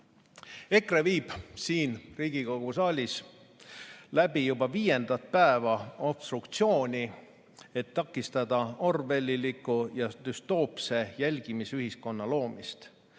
EKRE viib siin Riigikogu saalis juba viiendat päeva läbi obstruktsiooni, et takistada orwelliliku ja düstoopse jälgimisühiskonna loomist,